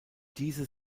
diese